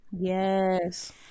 yes